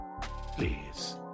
Please